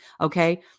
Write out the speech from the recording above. okay